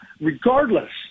regardless